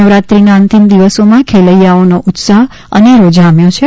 નવરાત્રિના અંતિમ દિવસોમાં ખેલૈયાઓનો ઉત્સાહ અનેરો જામ્યો છે